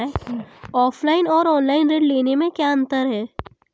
Offline और online ऋण लेने में क्या अंतर है?